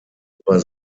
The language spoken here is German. über